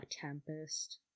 Tempest